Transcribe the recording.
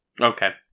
Okay